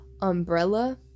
umbrella